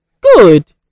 good